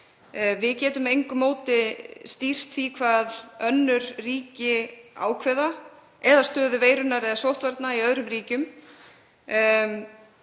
Við getum með engu móti stýrt því hvað önnur ríki ákveða eða stöðu veirunnar eða sóttvarna í öðrum ríkjum.